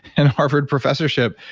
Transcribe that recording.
and harvard professorship.